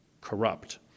corrupt